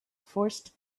forced